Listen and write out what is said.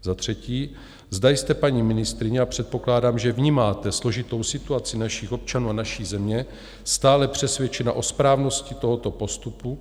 Za třetí, zda jste, paní ministryně a předpokládám, že vnímáte složitou situaci našich občanů a naší země stále přesvědčena o správnosti tohoto postupu?